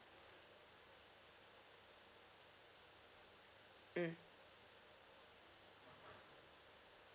mm